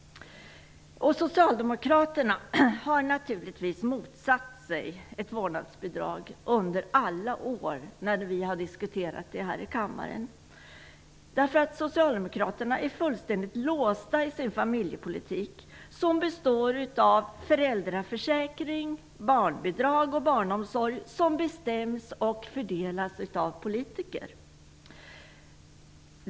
Socialdemokraterna har naturligtvis motsatt sig ett vårdnadsbidrag under alla år när vi har diskuterat detta i kammaren. Socialdemokraterna är fullständigt låsta i sin familjepolitik. Den består av föräldraförsäkring, barnbidrag och barnomsorg, som bestäms och fördelas av politiker.